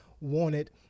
wanted